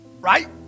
Right